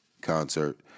concert